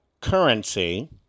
currency